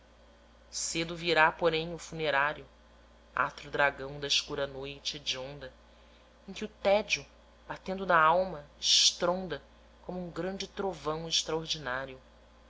cedo virá porém o funerário atro dragão da escura noite hedionda em que o tédio batendo na alma estronda como um grande trovão extraordinário